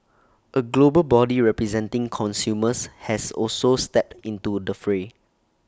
A global body representing consumers has also stepped into the fray